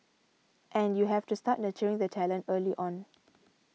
and you have to start nurturing the talent early on